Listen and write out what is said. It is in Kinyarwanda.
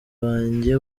banjye